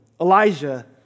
Elijah